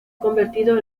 convertido